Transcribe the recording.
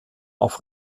auf